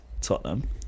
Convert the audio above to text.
Tottenham